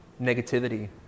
negativity